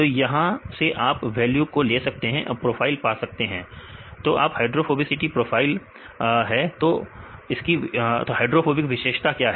तो यहां से आप वैल्यू ले सकते हैं और प्रोफाइल पा सकते हैं तो यह हाइड्रोफोबिसिटी प्रोफाइल है तो हाइड्रोफोबिक विशेषता क्या है